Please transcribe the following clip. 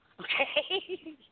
Okay